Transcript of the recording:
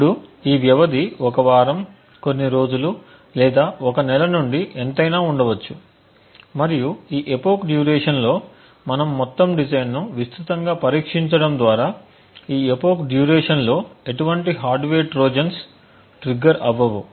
ఇప్పుడు ఈ వ్యవధి ఒక వారం కొన్ని రోజులు లేదా ఒక నెల నుండి ఎంతైనా ఉండవచ్చు మరియు ఈ ఎపోక్ డ్యూరేషన్ లో మనము మొత్తం డిజైన్ను విస్తృతంగా పరీక్షించటం ద్వారా ఈ ఎపోక్ డ్యూరేషన్ లో ఎటువంటి హార్డ్వేర్ ట్రోజన్స్ ట్రిగ్గర్ అవ్వవు